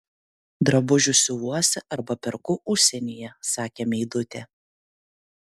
drabužius siuvuosi arba perku užsienyje sakė meidutė